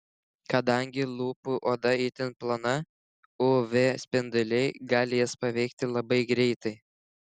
kadangi lūpų oda itin plona uv spinduliai gali jas paveikti labai greitai